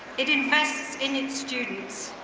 it invests in its students.